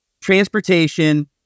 transportation